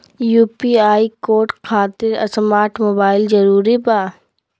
UPI code खातिर smart mobile जरूरी बा?